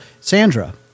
Sandra